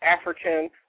African